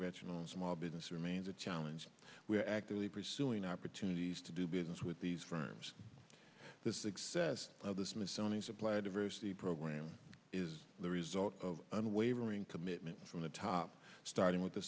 reginald small business remains a challenge we are actively pursuing opportunities to do business with these firms the success of the smithsonian's supply diversity program is the result of unwavering commitment from the top starting with the